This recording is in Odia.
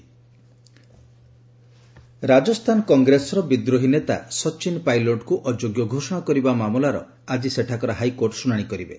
ସଚିନ ପାଇଲଟ୍ ହାଇକୋର୍ଟ ରାଜସ୍ଥାନ କଂଗ୍ରେସର ବିଦ୍ରୋହୀ ନେତା ସଚିନ ପାଇଲଟଙ୍କୁ ଅଯୋଗ୍ୟ ଘୋଷଣା କରିବା ମାମଲାର ଆଜି ସେଠାକାର ହାଇକୋର୍ଟ ଶୁଣାଣି କରିବେ